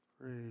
Praise